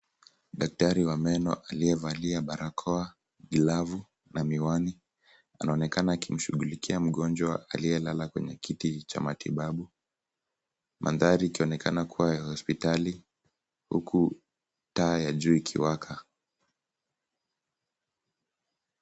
Daktari wa meno aliyevalia barakoa, glavu na miwani, anaonekana akimshughulikia mgonjwa aliyelala kwenye kiti cha matibabu. Mandhari ikionekana kuwa ya hospitali, huku taa ya juu ikiwaka.